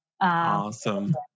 awesome